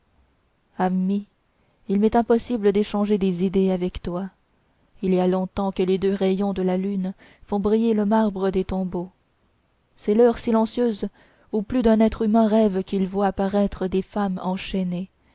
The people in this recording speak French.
ami il m'est impossible d'échanger des idées avec toi il y a longtemps que les doux rayons de la lune font briller le marbre des tombeaux c'est l'heure silencieuse où plus d'un être humain rêve qu'il voit apparaître des femmes enchaînées